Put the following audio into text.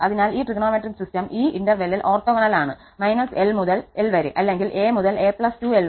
അതിനാൽ ഈ ത്രികോണമെട്രിക് സിസ്റ്റം ഈ ഇടവേളകളിൽ ഓർത്തോഗോണൽ ആണ്−𝑙 മുതൽ 𝑙 വരെ അല്ലെങ്കിൽ 𝑎 മുതൽ 𝑎 2𝑙 വരെ